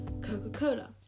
Coca-Cola